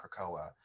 Krakoa